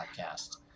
podcast